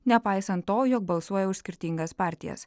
nepaisant to jog balsuoja už skirtingas partijas